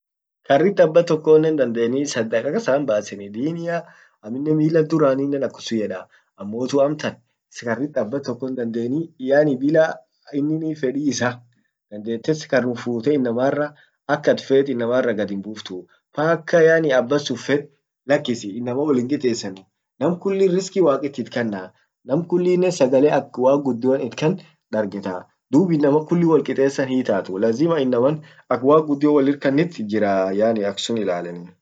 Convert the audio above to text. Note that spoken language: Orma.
karrit abbatokonen dandeni sadaqa kasa himbaseni diniah, aminenmila duraninen akumsun yedaah, ammotu amtan karrit abbatokon dandeni yaani inin bila fedi issa dandete qarrum fute inamarra akat fet inamarra gadin himbuftu, paka yaani abbasun fed lakisi inama wollin hinkitesenu, nam kulli riski waqit itkanna, nam kullinen sagale ak waq guddion itkan dargetaa dub inama kulli wotkitessan hiitatu lazima inaman ak waq guddion wollir kanit jira yaani aq sun ilalenii.